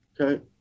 Okay